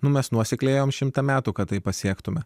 mes nuosekliai ėjome šimtą metų kad tai pasiektumėme